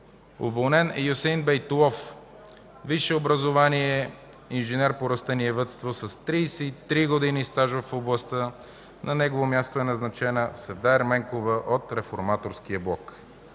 Уволнен е Юсеин Бейтулов. Висше образование, инженер по растениевъдство с 33 години стаж в областта. На негово място е назначена Севда Ерменкова от Реформаторския блок.